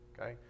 okay